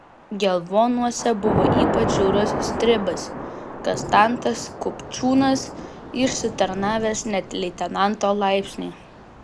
gelvonuose buvo ypač žiaurus stribas kastantas kupčiūnas išsitarnavęs net leitenanto laipsnį